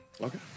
Okay